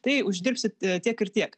tai uždirbsite tiek ir tiek